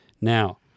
Now